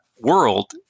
world